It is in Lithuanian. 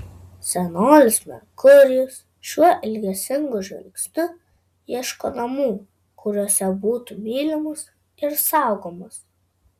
senolis merkurijus šiuo ilgesingu žvilgsniu ieško namų kuriuose būtų mylimas ir saugomas